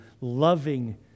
Loving